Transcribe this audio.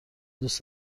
دوست